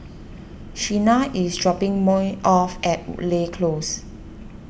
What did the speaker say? Sheena is dropping me off at Woodleigh Close